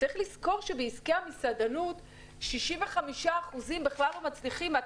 צריך לזכור שבעסקי המסעדנות 65% בכלל לא מצליחים לשרוד,